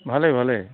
ভালেই ভালেই